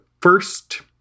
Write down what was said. first